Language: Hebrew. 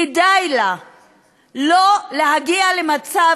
כדאי לה לא להגיע למצב